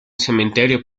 cementerio